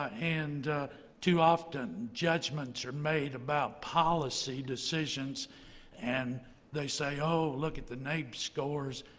and too often, judgments are made about policy decisions and they say oh, look at the naep scores.